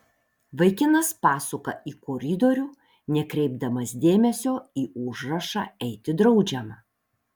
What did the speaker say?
vaikinas pasuka į koridorių nekreipdamas dėmesio į užrašą eiti draudžiama